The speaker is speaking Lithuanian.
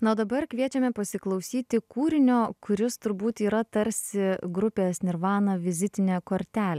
na o dabar kviečiame pasiklausyti kūrinio kuris turbūt yra tarsi grupės nirvana vizitinė kortelė